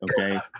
okay